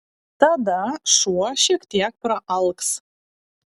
tada šuo šiek tiek praalks